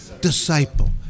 disciple